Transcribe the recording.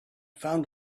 found